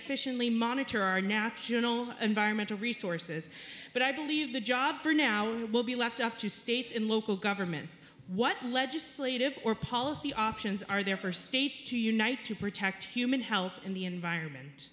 efficiently monitor our national environmental resources but i believe the job for now will be left up to states and local governments what legislative or policy options are there for states to unite to protect human health and the environment